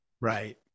Right